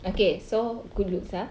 okay so good looks ah